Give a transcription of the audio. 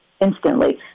instantly